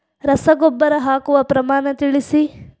ರಸಗೊಬ್ಬರ ಹಾಕುವ ಪ್ರಮಾಣ ತಿಳಿಸಿ